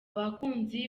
bakunzi